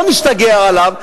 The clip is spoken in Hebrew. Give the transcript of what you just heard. לא נשתגע עליו,